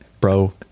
Bro